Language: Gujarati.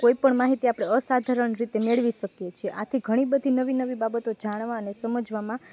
કોઈપણ માહિતી આપણે અસાધારણ રીતે મેળવી શકીએ છીએ આથી ઘણી બધી નવી નવી બાબતો જાણવા અને સમજવામાં